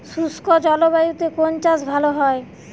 শুষ্ক জলবায়ুতে কোন চাষ ভালো হয়?